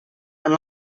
and